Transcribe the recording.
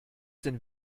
denn